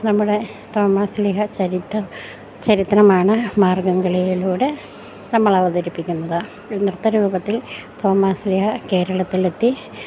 നമ്മുടെ തോമാശ്ലീഹ ചരിത്ര ചരിത്രമാണ് മാർഗ്ഗംകളിയിലൂടെ നമ്മളവതരിപ്പിക്കുന്നത് നൃത്തരൂപത്തിൽ തോമാശ്ലീഹ കേരളത്തിലെത്തി